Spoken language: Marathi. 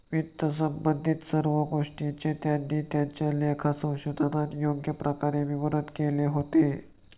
वित्तसंबंधित सर्व गोष्टींचे त्यांनी त्यांच्या लेखा संशोधनात योग्य प्रकारे विवरण केले होते